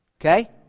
Okay